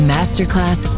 Masterclass